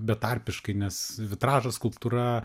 betarpiškai nes vitražas skulptūra